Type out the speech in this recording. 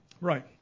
Right